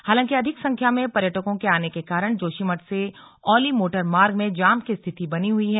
हालांकि अधिक संख्या में पर्यटकों के आने के कारण जोशीमठ से औली मोटरमार्ग में जाम की स्थिति बनी हुई है